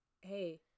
Hey